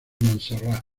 montserrat